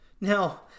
Now